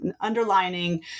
underlining